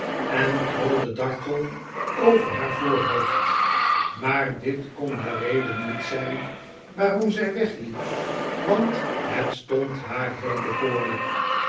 en krulde dartel over haar voorhoofd maar dit kon de reden niet zijn waarom zij wegliep want het stond haar heel bekoorlijk